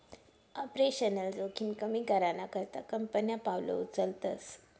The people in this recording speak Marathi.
आपरेशनल जोखिम कमी कराना करता कंपन्या पावलं उचलतस